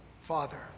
Father